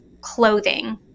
clothing